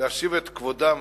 להשיב את כבודם